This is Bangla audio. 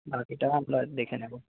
বাকিটা আমরা দেখে নেব